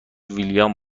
ویلیام